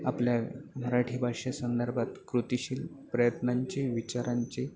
आपल्या मराठी भाषेसंदर्भात कृतिशील प्रयत्नांचे विचारांचे